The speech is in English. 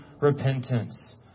repentance